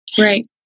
right